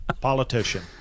Politician